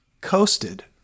Coasted